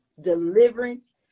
deliverance